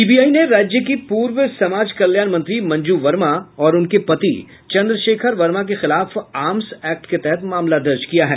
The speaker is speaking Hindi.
सीबीआई ने राज्य की पूर्व समाज कल्याण मंत्री मंजू वर्मा और उनके पति चन्द्रशेखर वर्मा के खिलाफ आर्म़स एक्ट के तहत मामला दर्ज किया है